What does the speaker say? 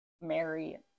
Mary